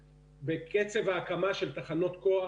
קצב ההקמה של תחנות הכוח